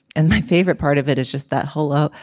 and my favorite part of it is just that hello.